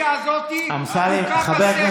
שהבוס